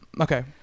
Okay